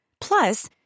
Plus